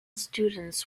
students